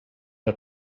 her